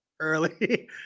early